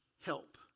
help